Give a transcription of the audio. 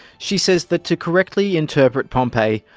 she says that to correctly interpret pompeii,